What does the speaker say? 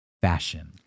fashion